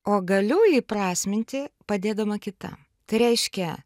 o galiu įprasminti padėdama kitam tai reiškia